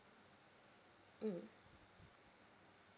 mm